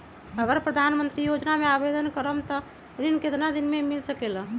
अगर प्रधानमंत्री योजना में आवेदन करम त ऋण कतेक दिन मे मिल सकेली?